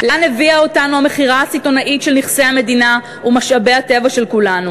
לאן הביאה אותנו המכירה הסיטונאית של נכסי המדינה ומשאבי הטבע של כולנו?